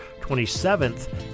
27th